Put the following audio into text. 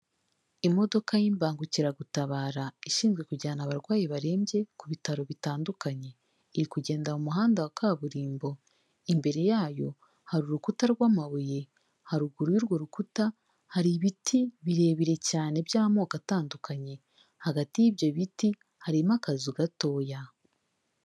Imodoka y'imbangukiragutabara ishinzwe kujyana abarwayi barembye ku bitaro bitandukanye, iri kugenda mu muhanda wa kaburimbo, imbere yayo hari urukuta rw'amabuye, haruguru y'urwo rukuta hari ibiti birebire cyane by'amoko atandukanye, hagati y'ibyo biti harimo akazu gatoya.